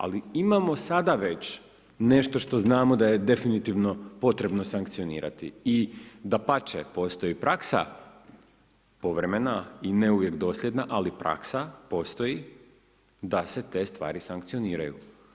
Ali, imamo sada već nešto što znamo da je definitivno potrebno sankcionirati i dapače, postoji praksa, povremena, i ne uvijek dosljedna, ali praksa postoji, da se te stvari sankcioniraju.